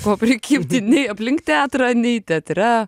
ko prikibti nei aplink teatrą nei teatre